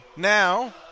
Now